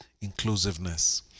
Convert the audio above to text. inclusiveness